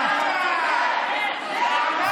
קארה, למקומך.